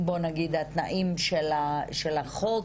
אחרי התנאים של החוק,